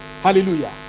Hallelujah